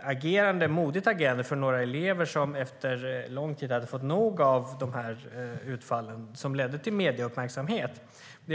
agerade några elever modigt när de efter lång tid hade fått nog av utfallen. Det ledde till medieuppmärksamhet.